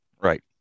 Right